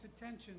attention